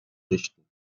richten